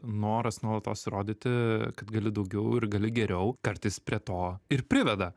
noras nuolatos įrodyti kad gali daugiau ir gali geriau kartais prie to ir priveda